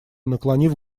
наклонив